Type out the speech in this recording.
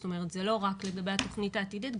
זאת אומרת זה לא רק לגבי התוכנית העתידית.